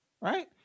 right